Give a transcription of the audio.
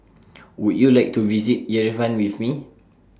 Would YOU like to visit Yerevan with Me